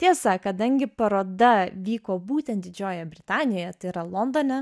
tiesa kadangi paroda vyko būtent didžiojoje britanijoje tai yra londone